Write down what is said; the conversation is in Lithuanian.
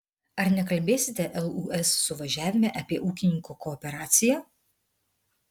ar nekalbėsite lūs suvažiavime apie ūkininkų kooperaciją